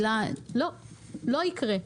לא יקרה.